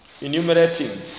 enumerating